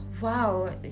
wow